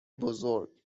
بزرگ